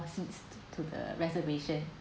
seats to the reservation